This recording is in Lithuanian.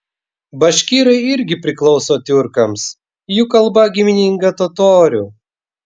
baškirai irgi priklauso tiurkams jų kalba gimininga totorių